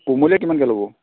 কোমলীয়া কিমানকৈ ল'ব